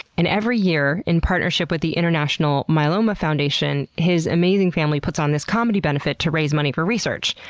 and every year, in partnership with the international myeloma foundation, his amazing family puts on this comedy benefit to raise money for research.